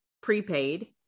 prepaid